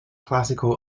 classical